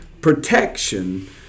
protection